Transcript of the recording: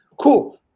Cool